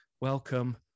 welcome